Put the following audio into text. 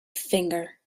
finger